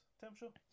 temperature